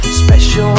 special